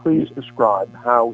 please describe how